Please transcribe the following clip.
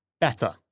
better